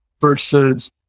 versus